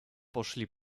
poszli